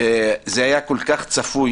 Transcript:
זה היה כל כך צפוי